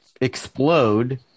explode